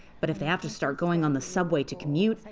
but if they have to start going on the subway to commute,